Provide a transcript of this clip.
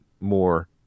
more